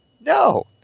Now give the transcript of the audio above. No